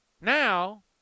Now